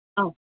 ആ